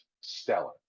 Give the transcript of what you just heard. stellar